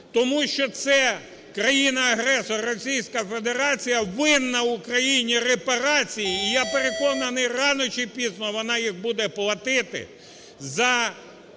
тому що це країна-агресор – Російська Федерація – винна Україні репарації. І, я переконаний, рано чи пізно, вона їх буде платити за